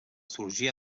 sorgir